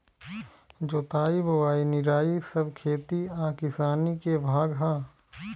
जोताई बोआई निराई सब खेती आ किसानी के भाग हा